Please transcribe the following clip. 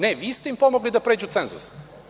Ne, vi ste im pomogli da pređu cenzus.